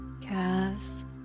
calves